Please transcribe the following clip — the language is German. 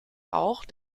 auch